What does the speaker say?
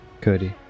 Cody